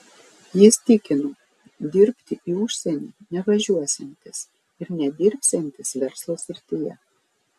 jis tikino dirbti į užsienį nevažiuosiantis ir nedirbsiantis verslo srityje